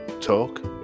talk